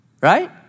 right